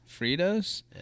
Fritos